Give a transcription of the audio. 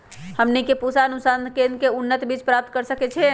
हमनी के पूसा अनुसंधान केंद्र से उन्नत बीज प्राप्त कर सकैछे?